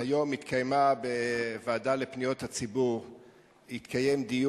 היום התקיים בוועדה לפניות הציבור דיון